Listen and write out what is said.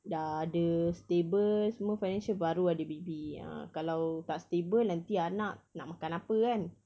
dah ada stable semua financial baru ada baby ah kalau tak stable nanti anak nak makan apa kan